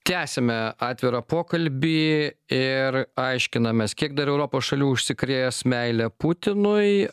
tęsiame atvirą pokalbį ir aiškinamės kiek dar europos šalių užsikrės meile putinui